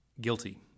guilty